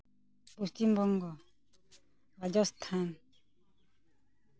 Paschim Banga Rajasthan